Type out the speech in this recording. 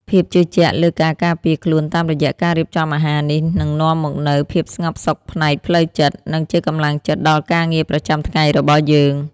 ភាពជឿជាក់លើការការពារខ្លួនតាមរយៈការរៀបចំអាហារនេះនឹងនាំមកនូវភាពស្ងប់សុខផ្នែកផ្លូវចិត្ត និង ជាកម្លាំងចិត្តដល់ការងារប្រចាំថ្ងៃរបស់យើង។